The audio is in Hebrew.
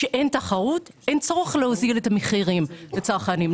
כשאין תחרות אין צורך להוזיל מחירים לצרכנים.